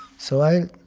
so i'll,